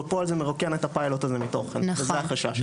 בפועל זה מרוקן את הפיילוט הזה מתוכן וזה החשש שלי.